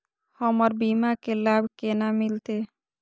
हमर बीमा के लाभ केना मिलते?